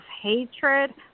hatred